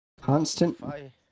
constant